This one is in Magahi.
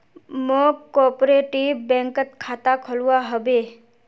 मौक कॉपरेटिव बैंकत खाता खोलवा हबे